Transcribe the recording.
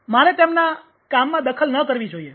મારે તેમના કામમાં દખલ ન કરવી જોઈએ